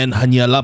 hanya